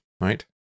right